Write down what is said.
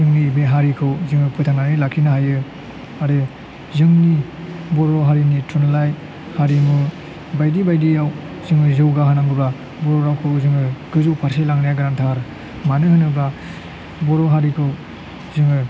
जोंनि बे हारिखौ जोङो फोथांनानै लाखिनो हायो आरो जोंनि बर' हारिनि थुनलाइ हारिमु बायदि बायदियाव जोङो जौगाहोनांगौबा बर' रावखौ जोङो गोजौ फारसे लांनाया गोनांथार मानो होनोबा बर' हारिखौ जोङो